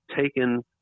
taken